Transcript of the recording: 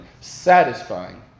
satisfying